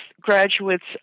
graduates